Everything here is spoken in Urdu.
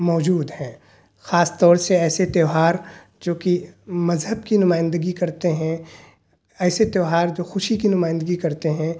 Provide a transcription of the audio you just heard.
موجود ہیں خاص طور سے ایسے تیوہار جو کہ مذہب کی نمائندگی کرتے ہیں ایسے تیوہار جو خوشی کی نمائندگی کرتے ہیں